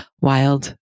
wild